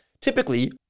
Typically